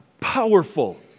powerful